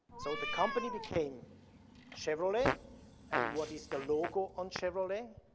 so the company became chevrolet and what is the logo on chevrolet?